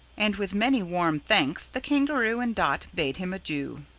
and with many warm thanks the kangaroo and dot bade him adieu.